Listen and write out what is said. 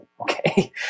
okay